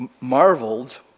marveled